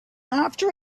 after